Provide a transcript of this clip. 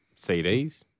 CDs